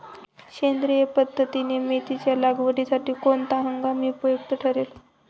सेंद्रिय पद्धतीने मेथीच्या लागवडीसाठी कोणता हंगाम उपयुक्त ठरेल?